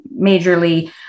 majorly